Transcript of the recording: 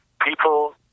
People